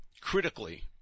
critically